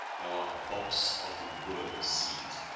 thou art a box of worm-seed,